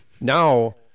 Now